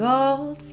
Gold